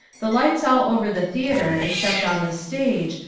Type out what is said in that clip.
the lights all over the theater, except on the stage,